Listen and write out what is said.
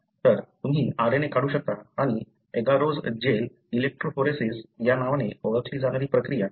तर तुम्ही RNA काढू शकता आणि एगारोझ जेल इलेक्ट्रोफोरेसीस या नावाने ओळखली जाणारी प्रक्रिया करू शकता